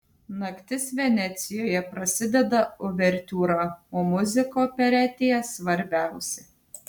naktis venecijoje prasideda uvertiūra o muzika operetėje svarbiausia